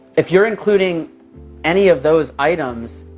if you're including any of those items,